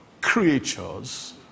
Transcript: creatures